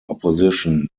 opposition